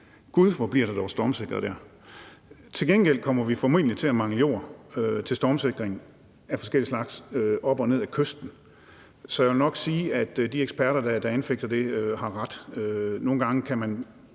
Gud, hvor bliver der dog stormsikret der. Til gengæld kommer vi formentlig til at mangle jord til stormsikring af forskellig slags op og ned ad kysten. Så jeg vil nok sige, at de eksperter, der anfægter det, har ret. Nogle gange kan man